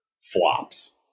flops